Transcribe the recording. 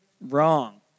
wrong